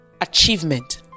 achievement